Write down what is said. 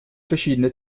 verschiedene